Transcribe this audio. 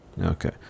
Okay